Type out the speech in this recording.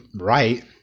right